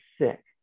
sick